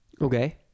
Okay